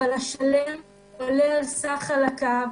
אבל השלם עולה על סך חלקיו.